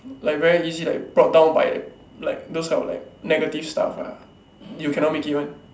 like very easy like brought down by like those type of negative stuff ah you cannot make it one